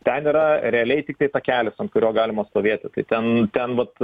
ten yra realiai tiktai takelis ant kurio galima stovėti tai ten ten vat